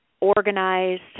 organized